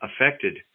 affected